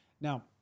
Now